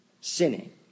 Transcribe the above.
sinning